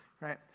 right